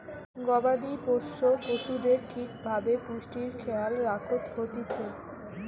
গবাদি পোষ্য পশুদের ঠিক ভাবে পুষ্টির খেয়াল রাখত হতিছে